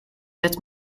that